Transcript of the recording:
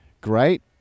great